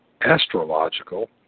astrological